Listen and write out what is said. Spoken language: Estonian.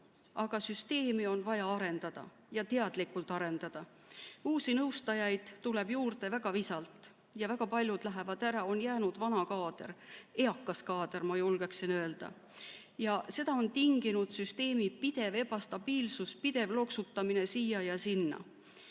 aga süsteemi on vaja arendada, ja teadlikult arendada. Uusi nõustajaid tuleb juurde väga visalt ja väga paljud lähevad ära. On jäänud vana kaader, eakas kaader, ma julgeksin öelda. Selle on tinginud süsteemi pidev ebastabiilsus, pidev loksutamine siia ja sinna,